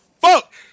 Fuck